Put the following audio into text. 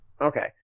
Okay